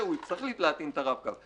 הוא הצטרך להטעין את הרב קו.